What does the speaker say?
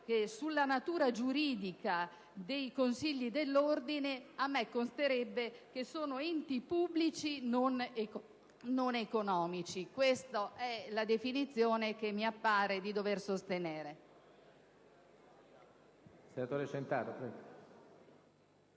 sulla natura giuridica dei consigli dell'ordine, a me consta che sono enti pubblici non economici: questa è la definizione che mi pare di dover sostenere.